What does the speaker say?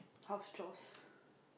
house chores